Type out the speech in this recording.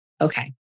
Okay